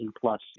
plus